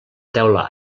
teula